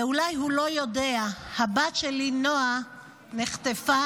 ואולי הוא לא יודע, הבת שלי נועה נחטפה,